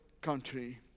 country